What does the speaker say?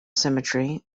symmetry